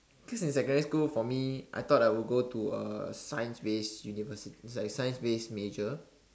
because in secondary school for me I thought I will go into a science base university like a science base major